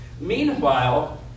Meanwhile